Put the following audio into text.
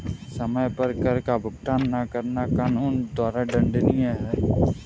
समय पर कर का भुगतान न करना कानून द्वारा दंडनीय है